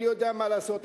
אני יודע מה לעשות,